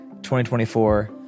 2024